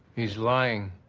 he's lying.